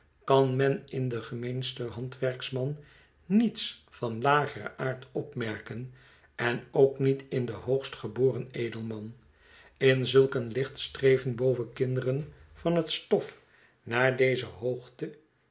kan men in den gemeensten handwerksman niets van lageren aard opmerken en ook niet in den hoogst geboren edelman in zulk een licht streven beide kinderen van het stof naar dezelfde hoogte